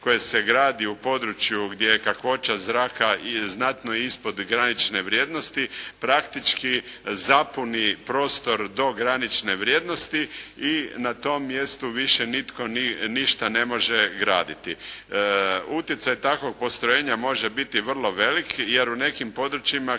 koje se gradi u području gdje je kakvoća zraka znatno ispod granične vrijednosti praktički zapuni prostor do granične vrijednosti i na tom mjestu više nitko ništa ne može graditi. Utjecaj takvog postrojenja može biti vrlo velik jer u nekim područjima